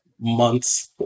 months